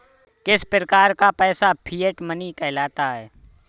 किस प्रकार का पैसा फिएट मनी कहलाता है?